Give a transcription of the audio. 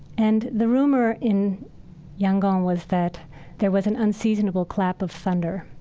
and the rumor in yangon was that there was an unseasonable clap of thunder.